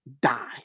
Die